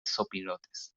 zopilotes